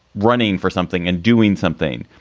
running for something and doing something.